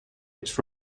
its